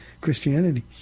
Christianity